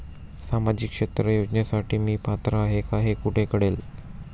सामाजिक क्षेत्र योजनेसाठी मी पात्र आहे का हे कुठे कळेल?